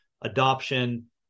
adoption